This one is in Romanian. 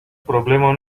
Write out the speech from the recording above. problema